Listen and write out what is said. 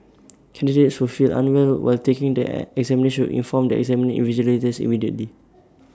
candidates who feel unwell while taking the examinations inform the examination invigilators immediately